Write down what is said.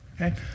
Okay